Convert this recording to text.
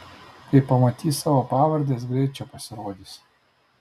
kai pamatys savo pavardes greit čia pasirodys